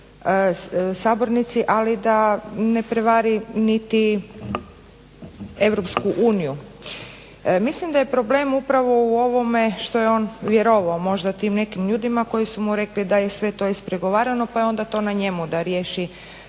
sabornici, ali da ali da ne prevari niti Europsku uniju. Mislim da je problem upravo u ovome što je on vjerovao možda tim nekim ljudima, koji su mu rekli da je sve to ispregovarano pa da je to onda na njemu da riješi